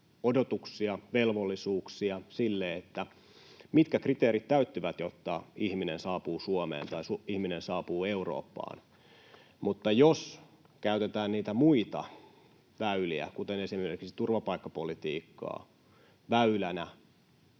odotuksia, velvollisuuksia sille, mitkä kriteerit täyttyvät, jotta ihminen saapuu Suomeen tai ihminen saapuu Eurooppaan. Mutta jos käytetään niitä muita väyliä, kuten esimerkiksi turvapaikkapolitiikkaa, väylänä